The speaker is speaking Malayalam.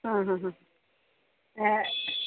ആഹഹാ ഏക്